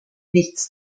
nichts